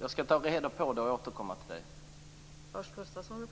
Jag skall ta reda på detta och återkomma till Lars Gustafsson.